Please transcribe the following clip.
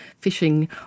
fishing